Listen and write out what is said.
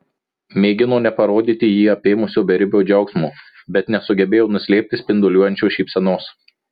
mėgino neparodyti jį apėmusio beribio džiaugsmo bet nesugebėjo nuslėpti spinduliuojančios šypsenos